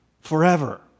forever